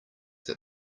that